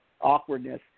awkwardness